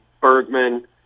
Bergman